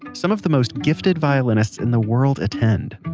some of the most gifted violinists in the world attend.